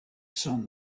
sun